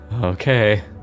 Okay